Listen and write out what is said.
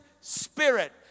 spirit